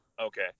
Okay